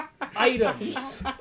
items